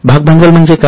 भाग भांडवल म्हणजे काय